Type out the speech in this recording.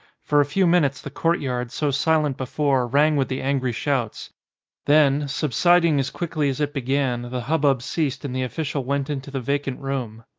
for a few minutes the courtyard, so silent before, rang with the angry shouts then, subsiding as quickly as it began, the hubbub ceased and the offi cial went into the vacant room.